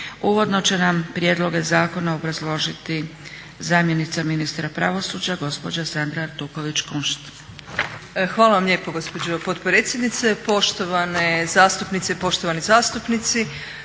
Uvodno će nam prijedloge zakona obrazložiti zamjenica ministra pravosuđa gospođa Sandra Artuković Kunšt. **Artuković Kunšt, Sandra** Hvala vam lijepo gospođo potpredsjednice, poštovane zastupnice i poštovani zastupnici.